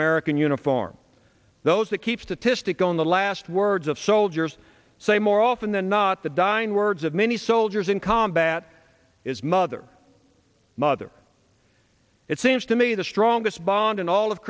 american uniform those that keep statistics on the last words of soldiers say more often than not the dying words of many soldiers in combat is mother mother it seems to me the strongest bond in all of